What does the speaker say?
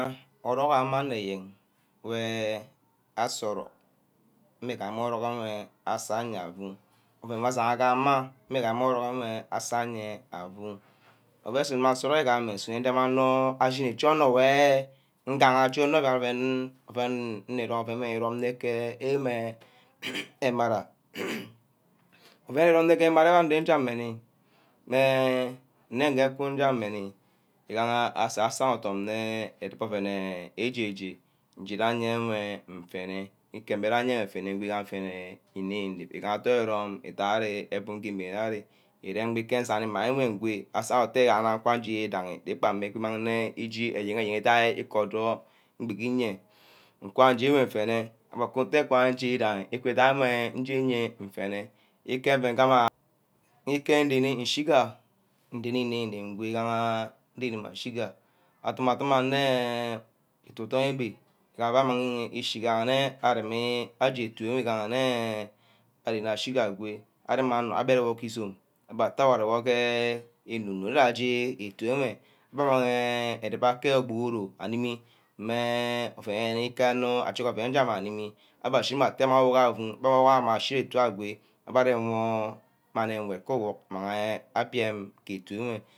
Orong ama onor eyen weh asah orock, migaha orong enwe asah agamna afa, ouen wor asangha gee ama yo mmigaha amah rong eh asaye afu, ouen nsu gumah nsah orong enh geh anor usu anor ashini iche ornor weh ngehe, iche onor igaha ouen, ouen ngi ere ke enara, ouen irom ne ke emara je meni meh nne nge ku jamine meh nni, igaha asa-sor idumne edubor ouen eh eje-je, jiga ayeweh nfene, ikeng ayeah nfene, imigaha nfene inep-inep, arong idai ari ouen gee imeren ari, irem je ngegi ma enwe ngwe asa wor iteh je ke nje uwidagi ibanji mangmeh eje eyen- eyen ithai iku jor nnuck iyeah ke ewe nfene oua nkuteh ka nje, ikudan enwe njeye nfene, ike uen kana, ike dene nshiga ndene inep-inep ngwe igaha denep ashiga, adum-adum aneh utitu ebi gamah amang eh ishi gaha nne aremi ahe otu iga nneh eh arene ashiga agwe areme, onor abere wor ke izome, abah atteh arewor ke inu-nu je ke etu enwe, abbeh amangi edubor ke iguru animi meh ouen ika-onor aje ouen nje animi abbeh ashina atteh meh awor auu gbana ashi nna agwe abbeh areue wor mani enwed ke ogbuck mageh ania ke etu enwe.